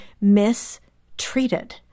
mistreated